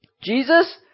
Jesus